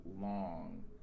long